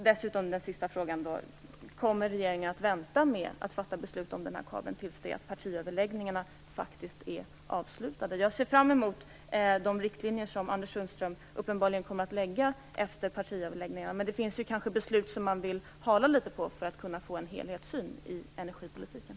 Den sista frågan är: Kommer regeringen att vänta med att fatta beslut om den här kabeln till dess att partiöverläggningarna faktiskt är avslutade? Jag ser fram emot de riktlinjer som Anders Sundström uppenbarligen kommer att lägga fram efter partiöverläggningarna, men det finns kanske beslut som man vill förhala något för att kunna få en helhetssyn på energipolitiken.